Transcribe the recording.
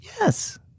Yes